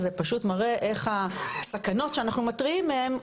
זה פשוט מראה שאייך הסכנות שאנחנו מתריעים מהם,